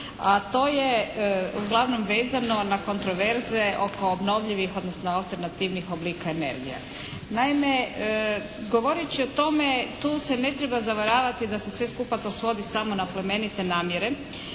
a to je uglavnom vezano na kontroverze oko obnovljivih odnosno alternativnih oblika energije. Naime, govoreći o tome tu se ne treba zavaravati da se sve skupa to svodi samo na plemenite namjere.